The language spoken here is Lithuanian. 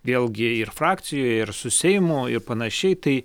vėlgi ir frakcijoje ir su seimu ir panašiai tai